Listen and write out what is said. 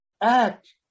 Act